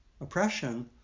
oppression